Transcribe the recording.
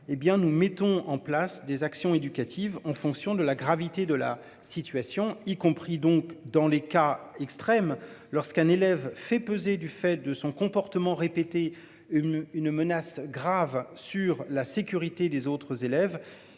nous mettons en place des actions éducatives en fonction de la gravité de la situation, y compris donc dans les cas extrêmes. Lorsqu'un élève fait peser du fait de son comportement répété. Une menace grave sur la sécurité des autres élèves